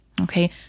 Okay